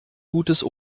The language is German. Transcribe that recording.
gutes